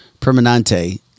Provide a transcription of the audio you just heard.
Permanente